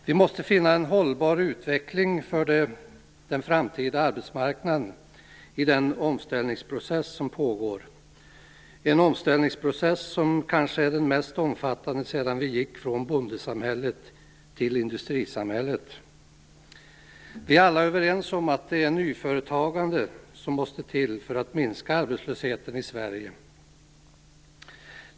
Vi måste finna en hållbar utveckling för den framtida arbetsmarknaden i den omställningsprocess som pågår, en omställningsprocess som kanske är den mest omfattande sedan vi gick från bondesamhället till industrisamhället. Vi är alla överens om att det är nyföretagande som måste till för att arbetslösheten i Sverige skall kunna minska.